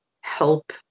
help